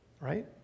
Right